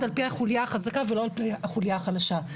על-פי החוליה החזקה ולא על-פי החוליה החלשה,